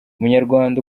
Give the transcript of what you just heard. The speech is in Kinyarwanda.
umunyarwanda